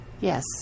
yes